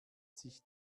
sich